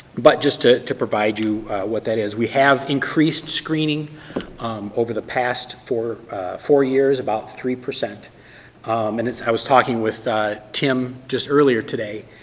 but just to to provide you what that is, we have increased screening over the past four four years about three percent and i was talking with tim just earlier today,